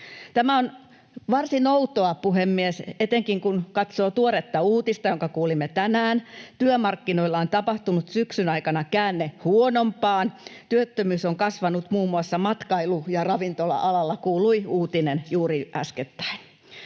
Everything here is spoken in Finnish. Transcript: Tämä on varsin outoa, puhemies, etenkin kun katsoo tuoretta uutista, jonka kuulimme tänään. Työmarkkinoilla on tapahtunut syksyn aikana käänne huonompaan. Työttömyys on kasvanut muun muassa matkailu- ja ravintola-alalla, kuului uutinen juuri äskettäin.